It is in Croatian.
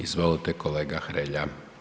Izvolite kolega Hrelja.